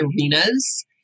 arenas